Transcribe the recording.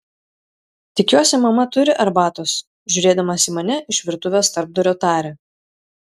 tikiuosi mama turi arbatos žiūrėdamas į mane iš virtuvės tarpdurio taria